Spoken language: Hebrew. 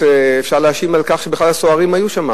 ושר הפנים היה נניח מישהו